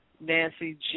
Nancy